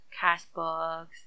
cashbox